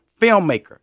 filmmaker